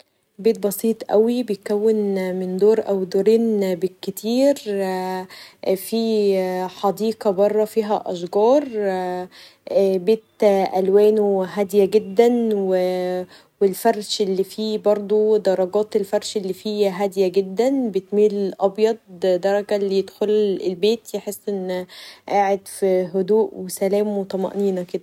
بيت بسيط اوي بيتكون من دور او دورين بالكتير فيه حديقه بره فيها أشجار ، بيت الوانه هاديه جدا و الفرش اللي فيه برضو درجات الفرش اللي فيه هاديه جدا بتميل للأبيض لدرجه اللي يدخل البيت يحس انه قاعد في هدوء و سلام و طمأنينه و كدا.